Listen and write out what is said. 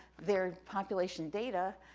their population data